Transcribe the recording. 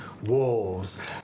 Wolves